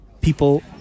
People